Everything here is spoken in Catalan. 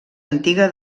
antiga